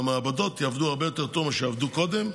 והמעבדות יעבדו הרבה יותר טוב משעבדו קודם.